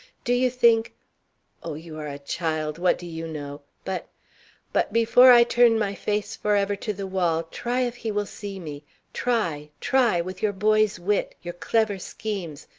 do you think oh, you are a child, what do you know but but before i turn my face forever to the wall try if he will see me try, try with your boy's wit your clever schemes,